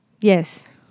Yes